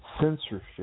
censorship